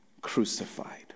crucified